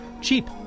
Cheap